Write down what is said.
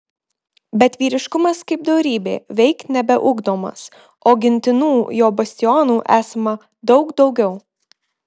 bet vyriškumas kaip dorybė veik nebeugdomas o gintinų jo bastionų esama daug daugiau